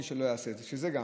מי שלא יעשה את זה.